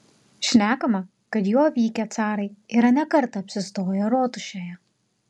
šnekama kad juo vykę carai yra ne kartą apsistoję rotušėje